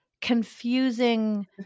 confusing